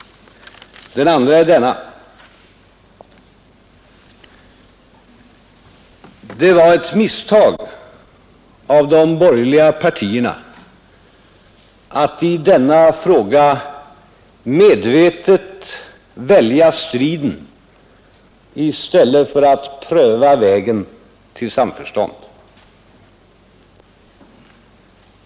Den andra är denna. Det var ett misstag av de borgerliga partierna att i denna fråga medvetet välja striden i stället för att pröva vägen till samförstånd.